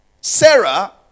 Sarah